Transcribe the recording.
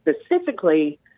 specifically